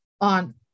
on